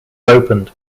opened